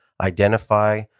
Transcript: Identify